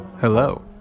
Hello